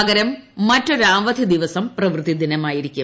പകരം മറ്റൊരു അവധി ദിവസം ക്രി്പ്ർത്തി ദിനമായിരിക്കും